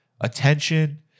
attention